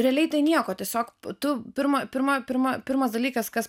realiai tai nieko tiesiog tu prima pirma pirma pirmas dalykas kas